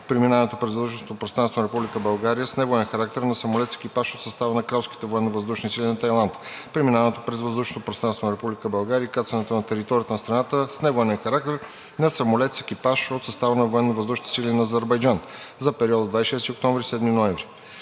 Преминаването през въздушното пространство на Република България с невоенен характер на самолет с екипаж от състава на Кралските военновъздушни сили на Тайланд. Преминаването през въздушното пространство на Република България и кацането на територията на страната с невоенен характер на самолет с екипаж от състава на Военновъздушните сили на Азербайджан за периода 26 октомври – 7 ноември